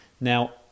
Now